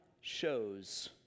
shows